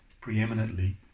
preeminently